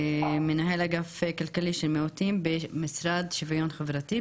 מנהל אגף כלכלי מיעוטים במשרד לשוויון חברתי,